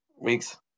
weeks